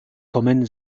kommen